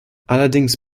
allerdings